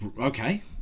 Okay